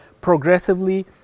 progressively